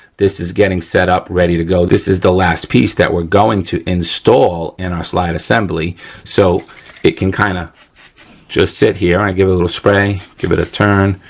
this is getting set up, ready to go. this is the last piece that we're going to install in our slide assembly so it can kind of just sit here i give it a little spray, give it a turn,